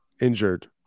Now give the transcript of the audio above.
injured